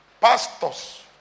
pastors